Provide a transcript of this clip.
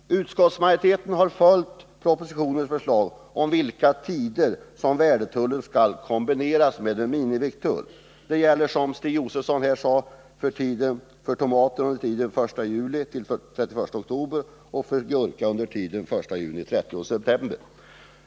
Utskottsmajoriteten har följt propositionens förslag om under vilka tider som värdetullen skall kombineras med en minimivikttull. Det gäller, som Stig Josefson här sade, för tomater under tiden den 1 juli-den 31 oktober och för gurka under tiden den 1 juni-den 30 september.